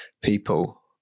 people